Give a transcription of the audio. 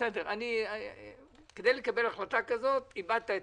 בסדר, אם נקבל החלטה כזאת נאבד את האוצר.